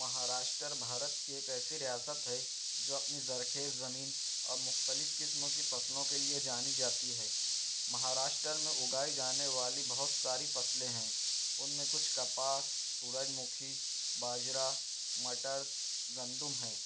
مہاراشٹر بھارت کی ایک ایسی ریاست ہے جو اپنی زرخیز زمین اور مختلف قسم کی فصلوں کے لئے جانی جاتی ہے مہاراشٹر میں اگائی جانے والی بہت ساری فصلیں ہیں ان میں کچھ کپاس سورج مکھی باجرہ مٹر گندم ہے